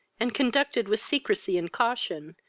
and conducted with secresy and caution,